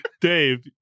Dave